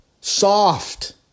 soft